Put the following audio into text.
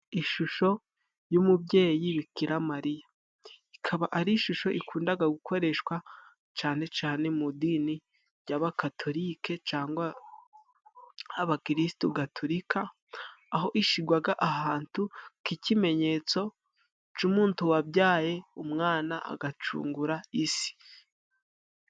Ishusho y'umubyeyi Bikira Mariya, ikaba ari ishusho ikundaga gukoreshwa cane cane mu idini ry'abakatolike, cyangwa nk'abakiristu gatolika, aho ishyigwaga ahantu nk'ikimenyetso cy'umuntu wabyaye umwana agacungura isi.